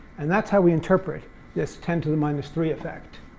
and that's how we interpret this ten to the minus three effect.